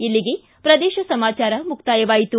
ಇಲ್ಲಿಗೆ ಪ್ರದೇಶ ಸಮಾಚಾರ ಮುಕ್ತಾಯವಾಯಿತು